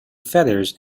feathers